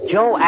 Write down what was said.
Joe